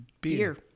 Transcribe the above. beer